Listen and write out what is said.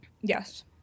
Yes